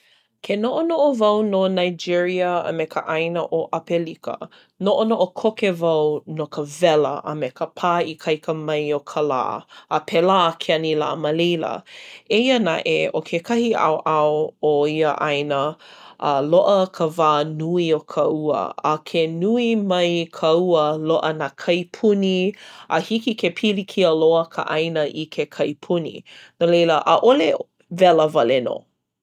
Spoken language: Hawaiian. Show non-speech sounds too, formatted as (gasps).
Ke noʻonoʻo wau no Nigeria a me ka ʻāina ʻo Apelika, noʻonoʻo koke wau no ka wela a me ka pā ikaika mai o ka lā. A pēlā ke anilā ma leila. (gasps) Eia naʻe, ʻo kekahi ʻaoʻao o ia ʻāina a loaʻa ka wā nui o ka ua. A ke nui mai ka ua loaʻa nā kaipuni. A hiki ke pilikia loa ka ʻāina i ke kaipuni. No leila ʻaʻole (hesitation) wela wale nō.